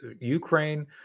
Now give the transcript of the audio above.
Ukraine